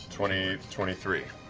twenty twenty three.